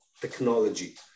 technology